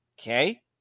Okay